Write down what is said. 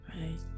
right